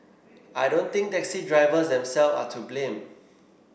I don't think taxi drivers themselves are to blame